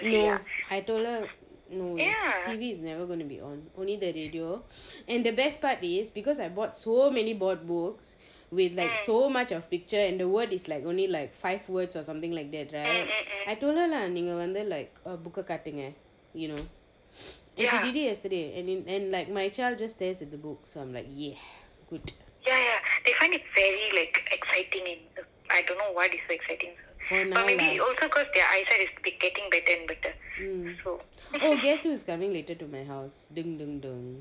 no I told her no T_V is never going to be on only the radio and the best part is because I bought so many board books with like so much of picture and the word is like only like five words or something like that right I told her like book ah காட்டுங்க:kaattunga you know and she did it yesterday and like my child just stares at the book so I'm like ya good for now lah mm oh guess who's coming later to my house